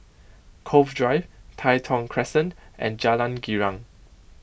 Cove Drive Tai Thong Crescent and Jalan Girang